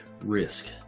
risk